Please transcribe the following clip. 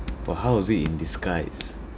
but how was it in disguise